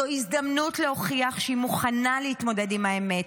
זו הזדמנות להוכיח שהיא מוכנה להתמודד עם האמת,